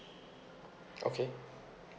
okay